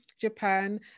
Japan